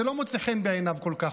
זה לא מוצא חן בעיניו כל כך,